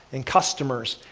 and customers,